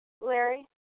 Larry